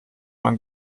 man